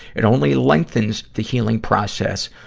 it only lengthens the healing process,